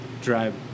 drive